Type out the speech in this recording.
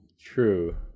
True